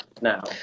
now